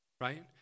right